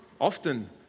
often